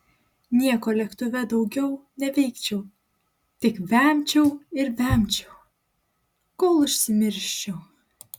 nieko lėktuve daugiau neveikčiau tik vemčiau ir vemčiau kol užsimirščiau